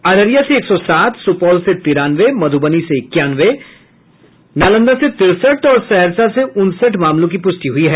अररिया से एक सौ सात सुपौल से तिरानवे मधुबनी से एकानवे नालंदा से तिरसठ और सहरसा से उनसठ मामलों की पुष्टि हुई है